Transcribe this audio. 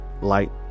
light